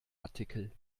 artikel